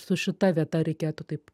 su šita vieta reikėtų taip